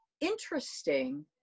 interesting